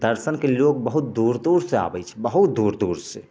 दर्शनके लोग बहुत दूर दूरसँ आबैत छै बहुत दूर दूर से